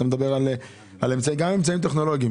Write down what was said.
אתה מדבר על אמצעים טכנולוגיים גם אמצעים טכנולוגיים,